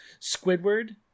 squidward